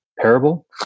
parable